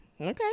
Okay